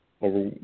over